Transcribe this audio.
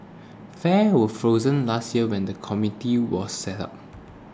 fares were frozen last year when the committee was set up